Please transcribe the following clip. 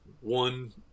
one